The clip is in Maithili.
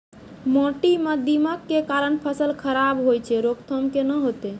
माटी म दीमक के कारण फसल खराब होय छै, रोकथाम केना होतै?